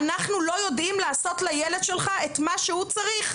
אנחנו לא יודעים לעשות לילד שלך את מה שהוא צריך.